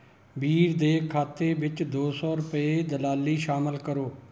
ਵੀਰ ਦੇ ਖਾਤੇ ਵਿੱਚ ਦੋ ਸੌ ਰੁਪਏ ਦਲਾਲੀ ਸ਼ਾਮਲ ਕਰੋ